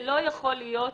זה לא יכול להיות,